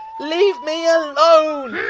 leave me alone!